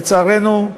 לצערנו,